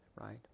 right